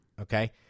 okay